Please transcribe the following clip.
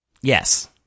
Yes